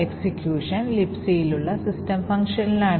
execution Libcയിലുള്ള system ഫംഗ്ഷനിലാണ്